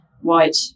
white